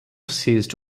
ceased